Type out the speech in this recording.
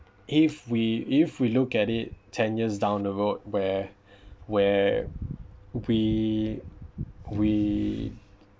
if we if we look at it ten years down the road where where we we